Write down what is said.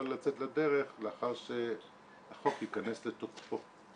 לצאת לדרך לאחר שהחוק יכנס לתוקפו.